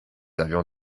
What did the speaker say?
avions